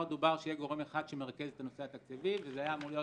דובר שיהיה גורם אחד שמרכז את הנושא התקציבי וזה היה אמור להיות